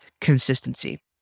consistency